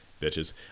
Bitches